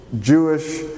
Jewish